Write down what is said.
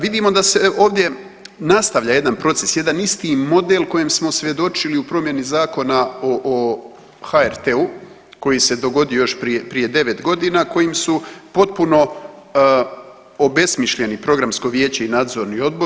Vidimo da se ovdje nastavlja jedan proces, jedan isti model kojem smo svjedočili u promjeni zakona o HRT-u koji se dogodio još prije 9 godina kojim su potpuno obesmišljeni Programsko vijeće i Nadzorni odbor.